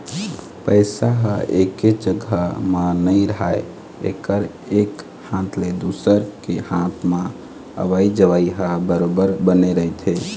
पइसा ह एके जघा म नइ राहय एकर एक हाथ ले दुसर के हात म अवई जवई ह बरोबर बने रहिथे